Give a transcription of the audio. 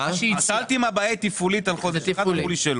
אמרו לי לא.